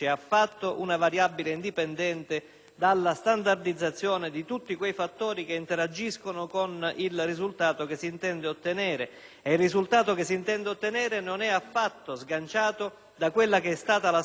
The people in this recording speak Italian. dalla standardizzazione di tutti quei fattori che interagiscono con il risultato che si intende ottenere, risultato che non è affatto sganciato dalla storia di quel Paese e dei suoi territori,